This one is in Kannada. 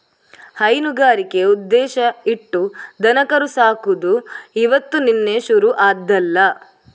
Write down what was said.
ಹೈನುಗಾರಿಕೆ ಉದ್ದೇಶ ಇಟ್ಟು ದನಕರು ಸಾಕುದು ಇವತ್ತು ನಿನ್ನೆ ಶುರು ಆದ್ದಲ್ಲ